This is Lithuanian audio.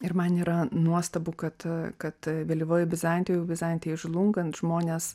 ir man yra nuostabu kad kad vėlyvoj bizantijoj jau bizantijos žlungant žmonės